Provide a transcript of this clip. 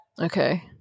Okay